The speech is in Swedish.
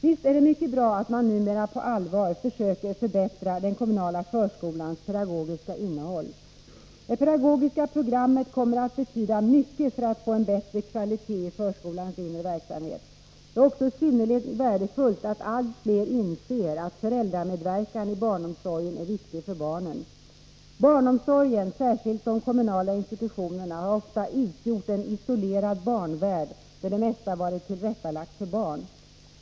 Visst är det mycket bra att man numera på allvar försöker förbättra den kommunala förskolans pedagogiska innehåll. Det pedagogiska programmet kommer att betyda mycket för att få en bättre kvalitet i förskolans inre verksamhet. Det är också synnerligen värdefullt att allt fler inser att föräldramedverkan i barnomsorgen är viktig för barnen. Barnomsorgen, särskilt de kommunala institutionerna, har ofta utgjort en isolerad barnvärld där det mesta varit tillrättalagt för barn.